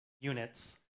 units